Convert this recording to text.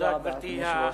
תודה רבה, אדוני היושב-ראש.